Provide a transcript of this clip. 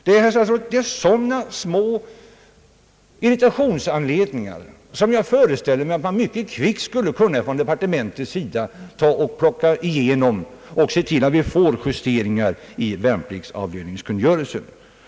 Det är, herr statsråd, sådana små irritationsanledningar som jag förställer mig att departementet mycket snabbt skulle kunna undanröja genom justeringar i värnpliktskungörelsen.